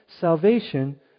salvation